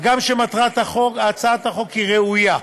הגם שמטרת הצעת החוק ראויה,